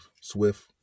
Swift